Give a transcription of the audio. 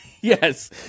Yes